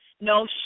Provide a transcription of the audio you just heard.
No